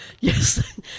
Yes